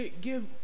give